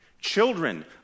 Children